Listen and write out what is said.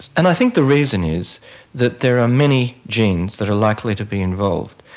and i think the reason is that there are many genes that are likely to be involved,